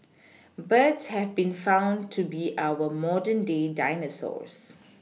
birds have been found to be our modern day dinosaurs